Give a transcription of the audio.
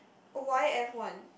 why f-one